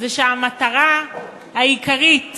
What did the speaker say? שהמטרה העיקרית